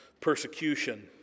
persecution